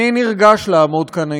אני נרגש לעמוד כאן היום.